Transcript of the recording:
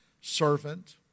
Servant